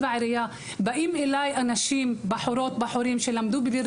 באים אליי בחורות ובחורים שלמדו בביר